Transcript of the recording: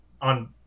on